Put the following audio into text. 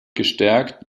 gestärkt